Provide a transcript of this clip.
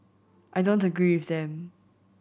I don't agree with them